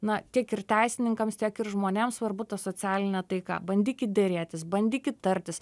na tiek ir teisininkams tiek ir žmonėms svarbu ta socialinė taika bandykit derėtis bandykit tartis